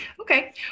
Okay